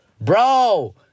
Bro